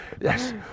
Yes